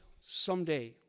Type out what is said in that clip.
someday